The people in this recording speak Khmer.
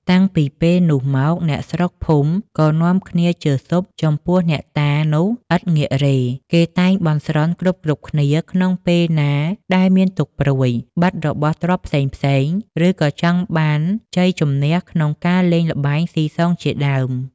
តាំងពីពេលនោះមក អ្នកស្រុកភូមិក៏នាំគ្នាជឿស៊ប់ ចំពោះអ្នកតានោះឥតងាករេ គេតែងបន់គ្រប់ៗគ្នា ក្នុងពេលណាដែលមានទុក្ខព្រួយ បាត់របស់ទ្រព្យផ្សេងៗ ឬ ក៏ចង់បានជ័យជម្នះក្នុងការលេងល្បែងស៊ីសង ជាដើម ។